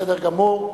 בסדר גמור.